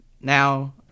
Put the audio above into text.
Now